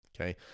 okay